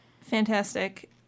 Fantastic